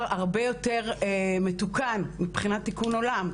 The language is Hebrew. הרבה יותר מתוקן מבחינת תיקון עולם,